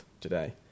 today